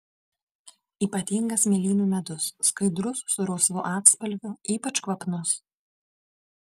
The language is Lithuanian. ypatingas mėlynių medus skaidrus su rausvu atspalviu ypač kvapnus